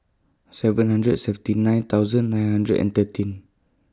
seven hundred seventy nine thousand nine hundred and thirteen